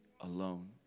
alone